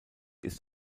ist